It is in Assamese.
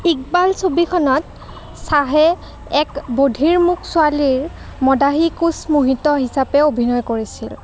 ইকবাল ছবিখনত শ্বাহে এক বধিৰ মূক ছোৱালীৰ মদাহী কোচ মোহিত হিচাপে অভিনয় কৰিছিল